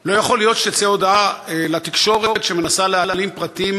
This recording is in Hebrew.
לא יכול להיות שתצא הודעה לתקשורת שמנסה להעלים פרטים